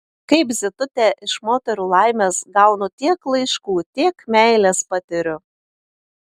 kaip zitutė iš moterų laimės gaunu tiek laiškų tiek meilės patiriu